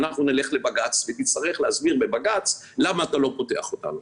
ואנחנו נלך לבג"צ ותצטרך להסביר בבג"צ למה אתה לא פותח אותנו.